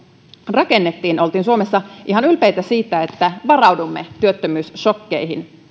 rakennettiin oltiin suomessa ihan ylpeitä siitä että varaudumme työttömyyssokkeihin